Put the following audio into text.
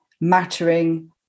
mattering